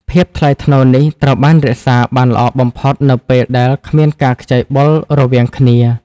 ភាពថ្លៃថ្នូរនេះត្រូវបានរក្សាបានល្អបំផុតនៅពេលដែលគ្មានការខ្ចីបុលរវាងគ្នា។